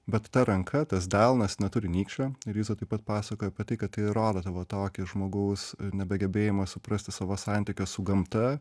bet ta ranka tas delnas neturi nykščio ir iza taip pat pasakoja apie tai kad tai ir rodo tavo tokį žmogaus nebegebėjimą suprasti savo santykio su gamta